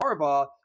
Harbaugh